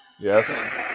Yes